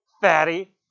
Fatty